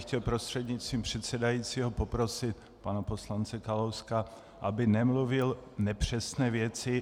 Chtěl bych prostřednictvím předsedajícího poprosit pana poslance Kalouska, aby nemluvil nepřesné věci.